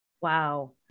Wow